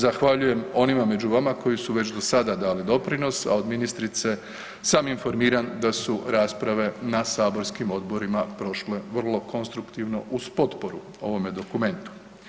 Zahvaljujem onima među vama koji su već do sada dali doprinos, a od ministrice sam informiran da su rasprave na saborskim odborima prošle vrlo konstruktivno uz potporu ovome dokumentu.